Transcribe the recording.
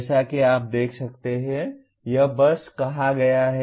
जैसा कि आप देख सकते हैं यह बस कहा गया है